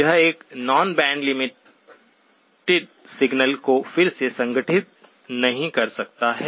यह एक non band limited signal को फिर से संगठित नहीं कर सकता है